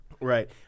Right